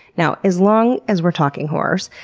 now, as long as we're talking horrors,